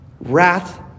Wrath